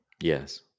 Yes